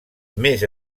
més